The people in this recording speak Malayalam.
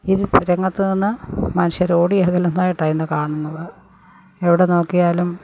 ഈ രംഗത്തുനിന്ന് മനുഷ്യർ ഓടി അകലുന്നതായിട്ടാണ് ഇന്നു കാണുന്നത് എവിടെ നോക്കിയാലും